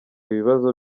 ibibazo